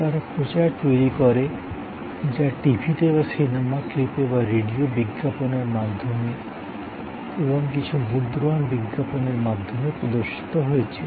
তারা প্রচার তৈরি করে যা টিভিতে বা সিনেমা ক্লিপে বা রেডিও বিজ্ঞাপনের মাধ্যমে এবং কিছু মুদ্রণ বিজ্ঞাপনের মাধ্যমে প্রদর্শিত হয়েছিল